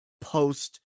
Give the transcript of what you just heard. post